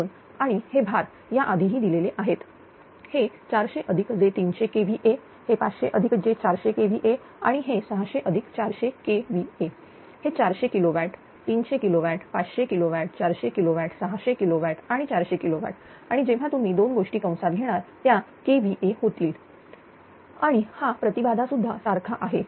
म्हणून आणि हे भार याआधीही दिलेले आहेत हे400j300kVA हे500j400kVA आणि हे600j400kVA हे 400 किलो वॅट300 किलो वॅट500 किलो वॅट400 किलोवॅट600 किलोवॅट आणि 400 किलोवॅट आणि जेव्हा तुम्ही दोन गोष्टी कंसात घेणार त्या kVA होतील आणि हा प्रति बाधा सुद्धा सारखा आहे